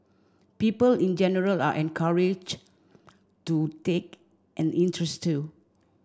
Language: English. people in general are encouraged to take an interest too